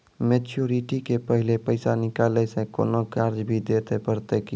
Maturity के पहले पैसा निकालै से कोनो चार्ज भी देत परतै की?